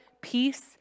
peace